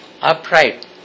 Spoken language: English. upright